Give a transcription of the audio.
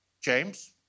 James